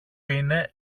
είναι